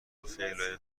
فعل